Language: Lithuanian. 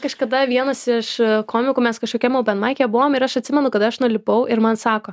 kažkada vienas iš komikų mes kažkokiam openmaike buvom ir aš atsimenu kada aš nulipau ir man sako